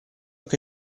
che